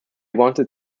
wanted